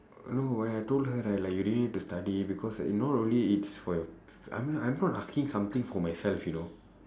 no when I told her right like you really need to study because you not only it's for your I mean I'm not asking something for myself you know